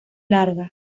larga